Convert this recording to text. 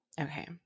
Okay